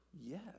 yes